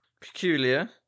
Peculiar